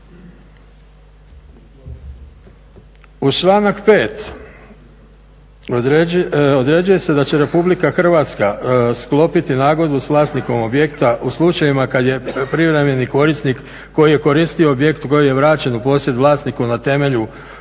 Uz članak 5. određuje se da će RH sklopiti nagodbu s vlasnikom objekta u slučajevima kad je privremeni korisnik koji je koristio objekt koji je vraćen u posjed vlasniku na temelju programa